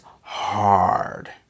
hard